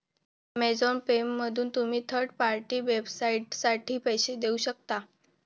Amazon पेमधून तुम्ही third party वेबसाइटसाठी पैसे देऊ शकता